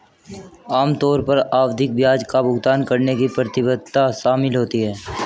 आम तौर पर आवधिक ब्याज का भुगतान करने की प्रतिबद्धता शामिल होती है